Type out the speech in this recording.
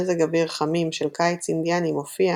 מזג אוויר חמים של קיץ אינדיאני מופיע,